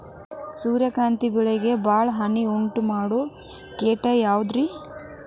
ಸೂರ್ಯಕಾಂತಿ ಬೆಳೆಗೆ ಭಾಳ ಹಾನಿ ಉಂಟು ಮಾಡೋ ಕೇಟ ಯಾವುದ್ರೇ?